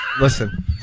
Listen